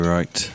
Right